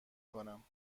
کنم